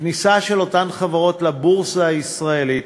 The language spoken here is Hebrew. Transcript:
כניסה של אותן חברות לבורסה הישראלית